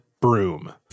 broom